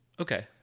Okay